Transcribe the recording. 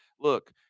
Look